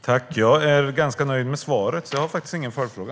Herr talman! Jag är nöjd med svaret, så jag har faktiskt ingen följdfråga.